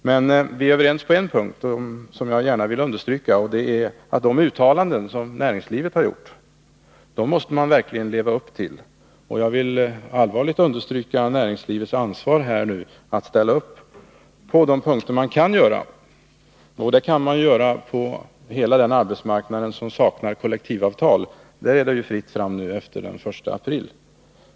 Men vi är överens på en punkt, som jag gärna vill understryka, och det är att man från näringslivet verkligen måste leva upp till de uttalanden som man har gjort. Jag vill allvarligt understryka näringslivets ansvar när det gäller att ställa upp på de punkter där man kan göra det. Och man kan ställa upp på hela den del av arbetsmarknaden som saknar kollektivavtal — där blir det ju fritt fram efter den 1 april.